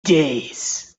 days